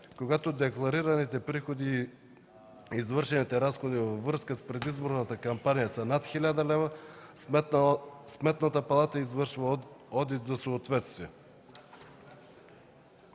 Когато декларираните приходи и извършените разходи във връзка с предизборната кампания са над 1000 лв., Сметната палата извършва одит за съответствие.”